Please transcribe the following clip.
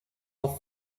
i’ve